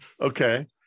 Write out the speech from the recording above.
Okay